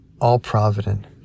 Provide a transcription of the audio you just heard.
all-provident